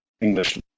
English